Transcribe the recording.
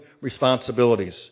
responsibilities